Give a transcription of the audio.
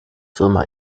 firma